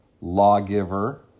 lawgiver